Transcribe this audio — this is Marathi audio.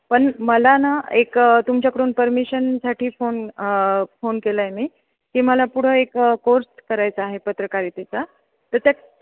पण मला ना एक तुमच्याकडून परमिशनसाठी फोन फोन केला आहे मी की मला पुढं एक कोर्स करायचा आहे पत्रकारितेचा तर त्यात